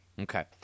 Okay